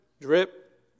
drip